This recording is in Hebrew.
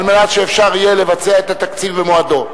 על מנת שאפשר יהיה לבצע את התקציב במועדו,